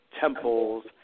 temples